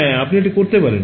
হ্যাঁ আপনি এটি করতে পারেন